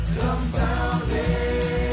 confounded